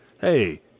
hey